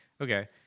Okay